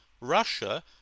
Russia